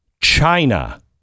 China